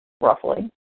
roughly